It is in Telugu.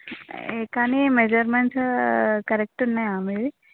కానీ మెజర్మెంట్స్ కరెక్ట్ ఉన్నాయా మీవి